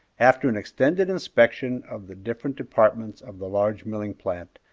after an extended inspection of the different departments of the large milling plant,